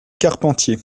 carpentier